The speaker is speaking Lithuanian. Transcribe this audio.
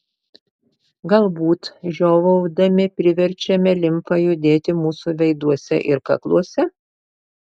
galbūt žiovaudami priverčiame limfą judėti mūsų veiduose ir kakluose